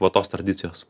va tos tradicijos